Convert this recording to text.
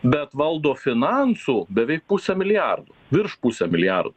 bet valdo finansų beveik pusę milijardo virš pusę milijardo